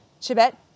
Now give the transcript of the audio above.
Chibet